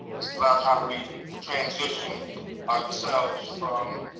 it's about how we transition ourselves from